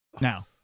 Now